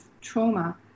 trauma